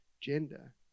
gender